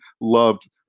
loved